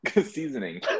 seasoning